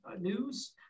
news